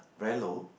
very low